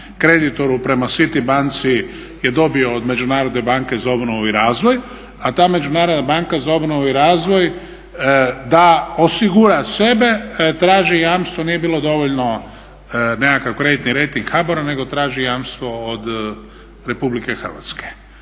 kreditoru prema Citibank je dobio od Međunarodne banke za obnovu i razvoj, a ta Međunarodna banka za obnovu i razvoj da osigura sebe traži jamstvo, nije bilo dovoljno nekakav kreditni rejting HBOR-a nego traži jamstvo od RH.